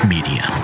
Media